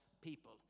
people